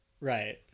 right